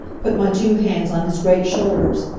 put my two hands on his great shoulders,